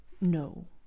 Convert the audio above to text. No